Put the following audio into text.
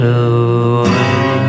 away